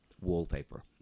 Wallpaper